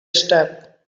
step